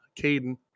Caden